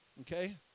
Okay